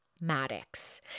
Maddox